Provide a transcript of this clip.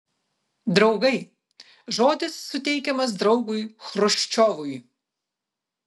draugai žodis suteikiamas draugui chruščiovui